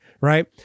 Right